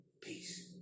Peace